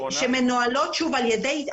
שמנוהלות על ידיד